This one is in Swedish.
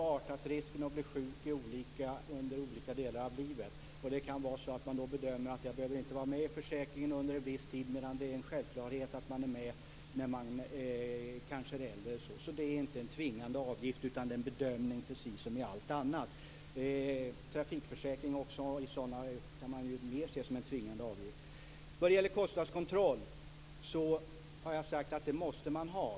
Fru talman! Det är alldeles uppenbart att risken att bli sjuk varierar under olika delar av livet. Det kan vara så att man bedömer att man under en viss tid inte behöver vara med i försäkringen, medan det är en självklarhet att vara med t.ex. när man är äldre. Det är alltså inte fråga om en tvingande avgift, utan det är fråga om en bedömning - precis som när det gäller allt annat. Trafikförsäkringen kan kanske mera ses som en tvingande avgift. Kostnadskontroll har jag sagt att man måste ha.